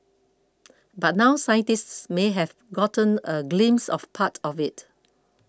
but now scientists may have gotten a glimpse of part of it